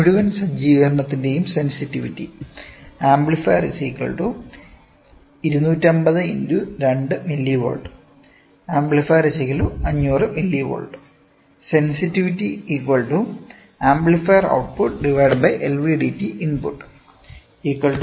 മുഴുവൻ സജ്ജീകരണത്തിന്റെയും sensitivity amplifier 250 × 2mv amplifier 500 mV sensitivity amplifier out put LVDT ഇൻപുട്ട്500 mV0